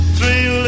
Three